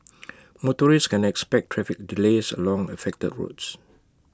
motorists can expect traffic delays along affected roads